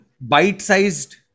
bite-sized